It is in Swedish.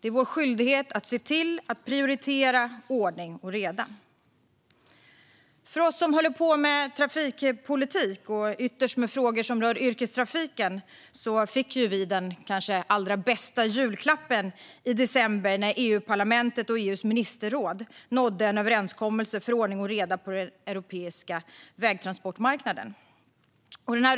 Det är vår skyldighet att prioritera ordning och reda. Vi som håller på med trafikpolitik och ytterst med frågor som rör yrkestrafiken fick den kanske allra bästa julklappen i december, när EU-parlamentet och EU:s ministerråd nådde en överenskommelse om ordning och reda på den europeiska vägtransportmarknaden.